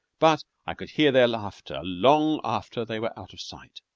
but i could hear their laughter long after they were out of sight.